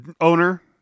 owner